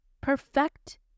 perfect